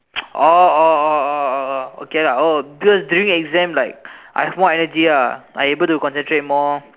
oh oh oh oh oh okay lah oh cause during exam like I have more energy ah I able to concentrate more